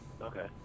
Okay